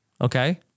Okay